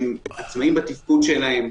עצמאיים בתפקודם.